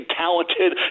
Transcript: talented